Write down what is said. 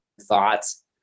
thoughts